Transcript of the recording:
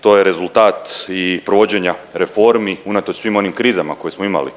to je rezultat i provođenja reformi unatoč svim onim krizama koje smo imali